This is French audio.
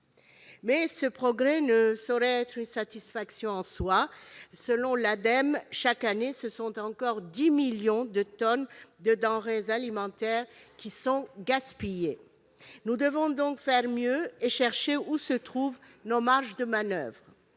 nous ne saurions nous satisfaire de ce progrès. Selon l'Ademe, chaque année, ce sont encore 10 millions de tonnes de denrées alimentaires qui sont gaspillées. Nous devons donc faire mieux et chercher où se trouvent nos marges de manoeuvre.